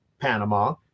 Panama